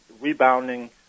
rebounding